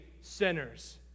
sinners